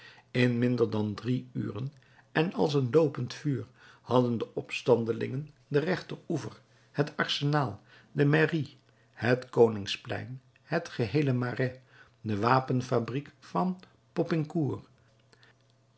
in minder dan drie uren en als een loopend vuur hadden de opstandelingen den rechteroever het arsenaal de mairie het koningsplein het geheele marais de wapenfabriek van